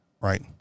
right